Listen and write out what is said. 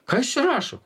ką jūs čia rašot